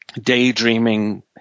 daydreaming